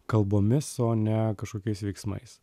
kalbomis o ne kažkokiais veiksmais